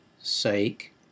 sake